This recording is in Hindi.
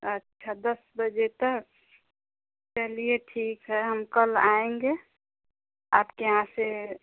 अच्छा दस बजे तक चलिए ठीक है हम कल आएंगे आपके यहाँ से